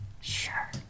Sure